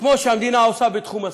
כמו שהמדינה עושה בתחום הספורט,